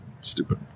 stupid